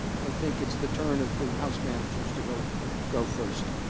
i think it's the turn of the house managers to go go first